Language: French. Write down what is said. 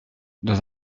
dans